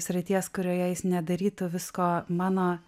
srities kurioje jis nedarytų visko mano